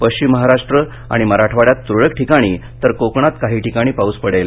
पश्चिम महाराष्ट्र आणि मराठवाङ्यात तुरळक ठिकाणी तर कोकणात काही ठिकाणी पाऊस पडेल